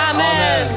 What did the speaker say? Amen